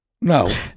No